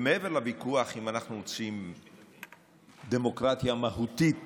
מעבר לוויכוח אם אנחנו רוצים דמוקרטיה מהותית